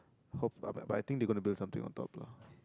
hope but but I think they gonna build something on top lah